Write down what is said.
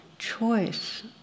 choice